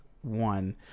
one